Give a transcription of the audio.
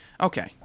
okay